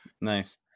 Nice